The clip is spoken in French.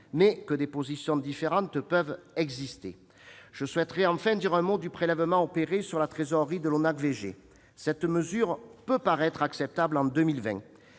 mais que des positions différentes peuvent exister. Je souhaiterais enfin dire un mot du prélèvement opéré sur la trésorerie de l'ONAC-VG. Cette mesure peut paraître acceptable en 2020.